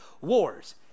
wars